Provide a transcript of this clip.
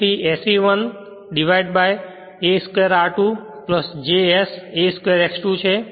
તેથી તે SE1 one divided a square r2 j s a square X 2 છે